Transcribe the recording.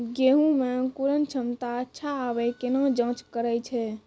गेहूँ मे अंकुरन क्षमता अच्छा आबे केना जाँच करैय छै?